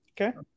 Okay